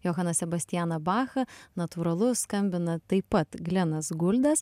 johaną sebastianą bachą natūralu skambina taip pat glenas guldes